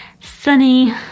sunny